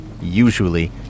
Usually